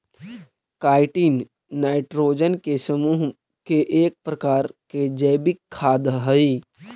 chitin nitrogen के समूह के एक प्रकार के जैविक खाद हई